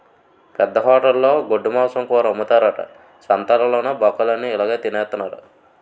పెద్ద హోటలులో గొడ్డుమాంసం కూర అమ్ముతారట సంతాలలోన బక్కలన్ని ఇలాగె తినెత్తన్నారు